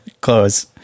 close